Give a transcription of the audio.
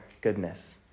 goodness